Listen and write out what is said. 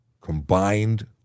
combined